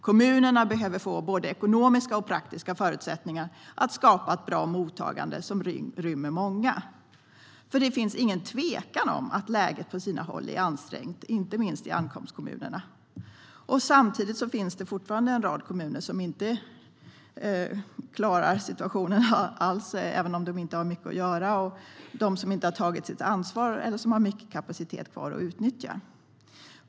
Kommunerna behöver få både ekonomiska och praktiska förutsättningar att skapa ett bra mottagande som rymmer många. Det finns nämligen ingen tvekan om att läget på sina håll är ansträngt, inte minst i ankomstkommunerna. Samtidigt finns det fortfarande en rad kommuner som inte alls klarar situationen, även om de inte har mycket att göra. Det handlar om de som inte har tagit sitt ansvar eller som har mycket kapacitet kvar att utnyttja.